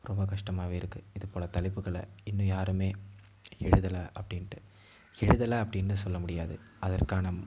ரொம்ப கஷ்டமாகவே இருக்குது இதுப்போல தலைப்புகளை இன்னும் யாருமே எழுதலை அப்படின்ட்டு எழுதலை அப்படின்னு சொல்ல முடியாது அதற்கான